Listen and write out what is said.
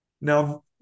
Now